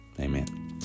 Amen